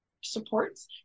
supports